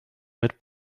mit